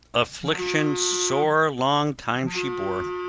affliction sore long time she boar,